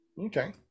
Okay